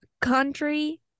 country